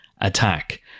attack